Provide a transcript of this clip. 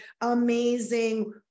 amazing